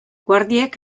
guardiek